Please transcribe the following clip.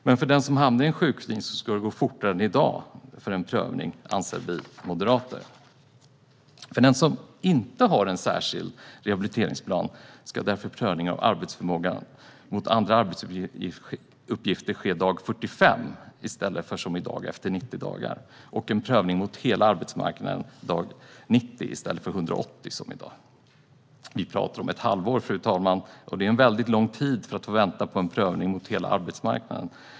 Men för den som hamnar i sjukskrivning ska det gå fortare än i dag att få en prövning, anser vi moderater. För den som inte har en särskild rehabiliteringsplan ska därför prövning av arbetsförmåga mot andra arbetsuppgifter ske dag 45 i stället för som i dag efter 90 dagar och en prövning mot hela arbetsmarknaden dag 90 i stället för som i dag efter 180 dagar. Vi pratar om ett halvår, fru talman, och det är väldigt lång tid att vänta på en prövning mot hela arbetsmarknaden.